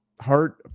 heart